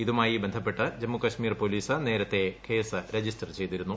ഇതുമായി ബന്ധപ്പെട്ട് ജമ്മുകാശ്മീർ പോലീസ് നേരത്തെ കേസ് രജിസ്റ്റർ ചെയ്തിരുന്നു